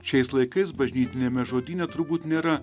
šiais laikais bažnytiniame žodyne turbūt nėra